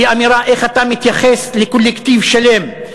הוא אמירה איך אתה מתייחס לקולקטיב שלם,